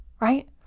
Right